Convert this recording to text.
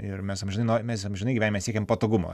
ir mes amžinai no mes amžinai gyvenime siekiam patogumo